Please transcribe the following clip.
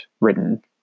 written